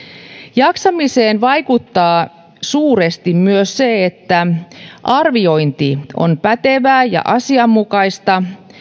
jaksamiseen vaikuttaa suuresti myös se että arviointi on pätevää ja asianmukaista